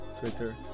Twitter